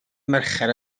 mercher